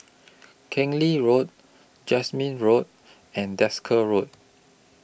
Keng Lee Road Jasmine Road and Desker Road